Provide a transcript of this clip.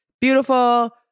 beautiful